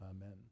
Amen